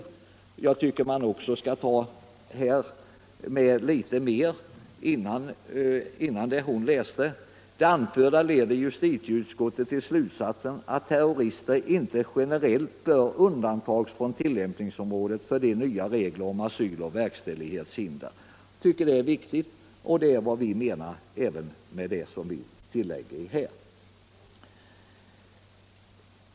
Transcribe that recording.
Jag tycker att man borde ta med en passus före den hon citerade. Utskottet skriver: ”Det anförda leder utskottet till den uppfattningen att terrorister inte generellt bör undantas från tillämpningsområdet för de nya reglerna om asyl och verkställighetshinder.” Vi tycker detta är viktigt, och det är vad vi menar med vårt tillägg.